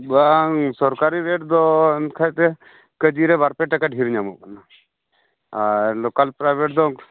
ᱵᱟᱝ ᱥᱚᱨᱠᱟᱨᱤ ᱨᱮᱴ ᱫᱚ ᱮᱱᱠᱷᱟᱡ ᱛᱮ ᱠᱤᱡᱤ ᱨᱮ ᱵᱟᱨᱼᱯᱮ ᱴᱟᱠᱟ ᱰᱷᱮᱨ ᱧᱟᱢᱚᱜ ᱠᱟᱱᱟ ᱟᱨ ᱞᱳᱠᱟᱞ ᱯᱨᱟᱭᱵᱷᱮᱴ ᱫᱚ